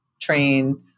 train